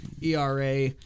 ERA